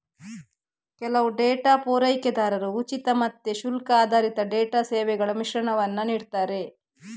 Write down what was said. ಕೆಲವು ಡೇಟಾ ಪೂರೈಕೆದಾರರು ಉಚಿತ ಮತ್ತೆ ಶುಲ್ಕ ಆಧಾರಿತ ಡೇಟಾ ಸೇವೆಗಳ ಮಿಶ್ರಣವನ್ನ ನೀಡ್ತಾರೆ